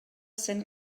cent